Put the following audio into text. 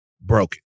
broken